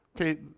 Okay